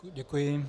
Děkuji.